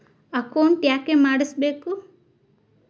Account ಯಾಕ್ ಮಾಡಿಸಬೇಕು?